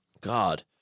God